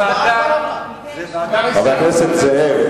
ועדת כספים, מה אכפת לך, חבר הכנסת זאב